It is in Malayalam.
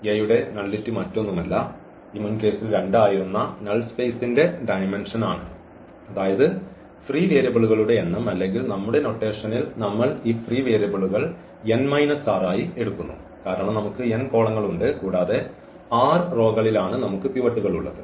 A യുടെ നള്ളിറ്റി മറ്റൊന്നുമല്ല ഈ മുൻ കേസിൽ 2 ആയിരുന്ന നൾ സ്പേസിന്റെ ഡയമെന്ഷൻ ആണ് അതായത് ഫ്രീ വേരിയബിളുകളുടെ എണ്ണം അല്ലെങ്കിൽ നമ്മുടെ നൊട്ടേഷനിൽ നമ്മൾ ഈ ഫ്രീ വേരിയബിളുകൾ n മൈനസ് r ആയി എടുക്കുന്നു കാരണം നമുക്ക് n കോളങ്ങൾ ഉണ്ട് കൂടാതെ r റോകളിൽ ആണ് നമുക്ക് പിവോട്ടുകൾ ഉള്ളത്